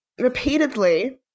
repeatedly